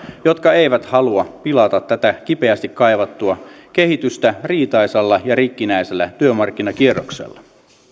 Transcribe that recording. jotka eivät halua pilata tätä kipeästi kaivattua kehitystä riitaisalla ja rikkinäisellä työmarkkinakierroksella